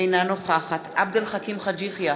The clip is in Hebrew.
אינה נוכחת עבד אל חכים חאג' יחיא,